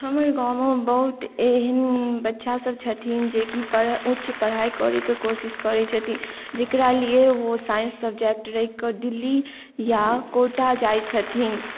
हमर गाँवमे बहुत एहेन बच्चा सब छथिन जे कि उच्च पढ़ाइ करैके कोशिश करै छथिन जेकरा लिए ओ साइन्स सब्जैक्ट राइखके डिल्ली या कोटा जाइ छथिन